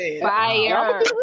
Fire